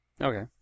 Okay